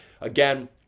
Again